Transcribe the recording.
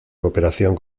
cooperación